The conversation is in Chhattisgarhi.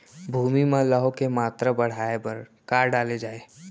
भूमि मा लौह के मात्रा बढ़ाये बर का डाले जाये?